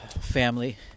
family